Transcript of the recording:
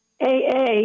AA